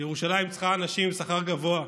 ירושלים צריכה אנשים עם שכר גבוה,